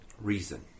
reason